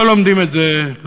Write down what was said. לא לומדים את זה באוניברסיטה,